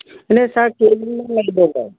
এনেই চাৰ কেইদিনমান লাগিব বাৰু